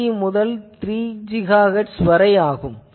3 முதல் 3 GHz வரை ஆகும்